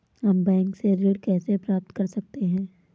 हम बैंक से ऋण कैसे प्राप्त कर सकते हैं?